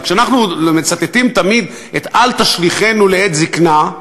כשאנחנו מצטטים תמיד את "אל תשליכנו לעת זיקנה",